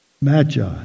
Magi